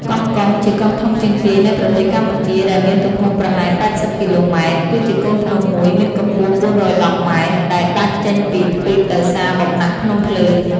កោះកុង ជាកោះធំជាងគេនៃប្រទេសកម្ពុជា ដែលមានទំហំប្រហែល ៨០ គីឡូម៉ែត្រ គឺជាកូនភ្នំមួយមានកំពស់ ៤១០ ម៉ែត្រ ដែលដាច់ចេញពីទ្វីបដោយសារ បំណាក់ភ្នំភ្លើង ។